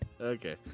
Okay